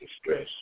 stress